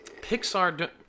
pixar